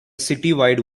citywide